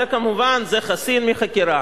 זה כמובן חסין מחקירה.